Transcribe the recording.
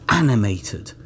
animated